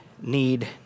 need